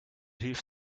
hilf